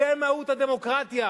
זו מהות הדמוקרטיה.